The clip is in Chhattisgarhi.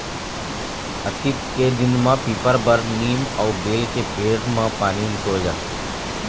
अक्ती के दिन म पीपर, बर, नीम अउ बेल के पेड़ म पानी रितोय जाथे